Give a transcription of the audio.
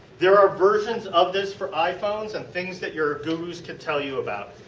there are versions of this for iphones and things that your gurus can tell you about.